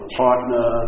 partner